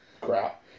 crap